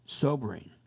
sobering